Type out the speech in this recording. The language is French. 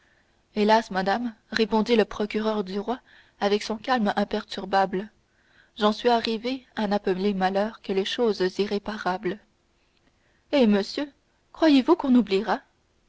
hélas madame répondit le procureur du roi avec son calme imperturbable j'en suis arrivé à n'appeler malheur que les choses irréparables eh monsieur croyez-vous qu'on oubliera